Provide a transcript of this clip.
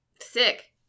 Sick